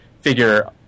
figure